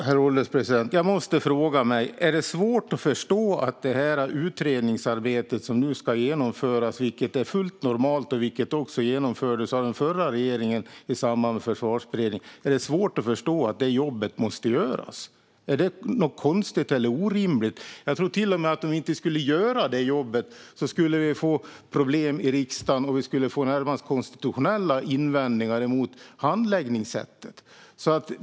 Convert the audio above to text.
Herr ålderspresident! Jag måste fråga mig: Är det svårt att förstå att det utredningsarbete som nu ska genomföras måste göras? Detta är fullt normalt och något som också gjordes av den förra regeringen i samband med Försvarsberedningen. Är det något konstigt eller orimligt? Om vi inte skulle göra det jobbet tror jag till och med att vi skulle få problem i riksdagen. Vi skulle få närmast konstitutionella invändningar mot handläggningssättet.